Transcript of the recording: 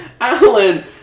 Alan